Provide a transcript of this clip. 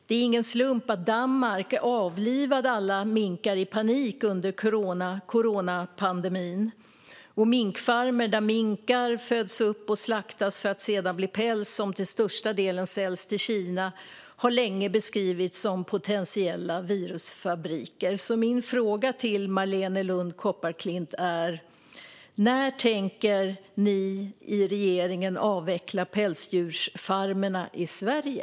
Det är ingen slump att Danmark avlivade alla minkar i panik under coronapandemin; minkfarmer där minkar föds upp och slaktas för att sedan bli päls som till största delen säljs till Kina har länge beskrivits som potentiella virusfabriker. Min fråga till Marléne Lund Kopparklint är därför: När tänker ni i regeringen avveckla pälsdjursfarmerna i Sverige?